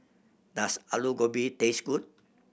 does Alu Gobi taste good